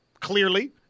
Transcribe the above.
clearly